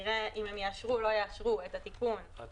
אם הם יאשרו או לא יאשרו את התיקון- -- את